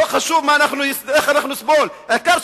לא חשוב איך אנחנו נסבול,